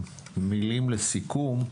מילים לסיכום.